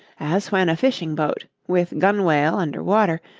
as when a fishing-boat, with gunwale under water,